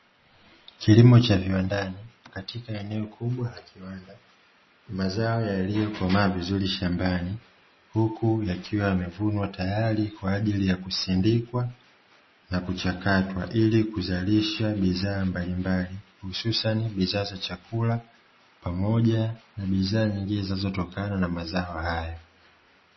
Kilimo cha viwandani katika eneo kubwa la kiwanda, mazao yaliyokomaa vizuri shambani huku yakiwa yamevunwa tayari kwa ajili ya kusindikwa na kuchakatwa ili kuzalisha bidhaa mbalimbali hususan bidhaa za chakula pamoja na bidhaa nyingine zinazotokana na mazao hayo.